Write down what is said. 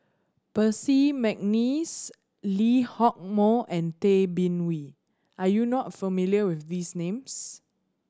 Percy McNeice Lee Hock Moh and Tay Bin Wee are you not familiar with these names